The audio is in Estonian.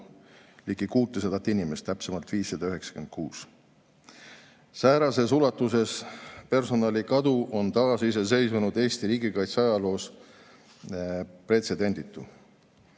ligi 600 inimest, täpsemalt 596. Säärases ulatuses personalikadu on taasiseseisvunud Eesti riigikaitse ajaloos pretsedenditu.